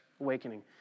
awakening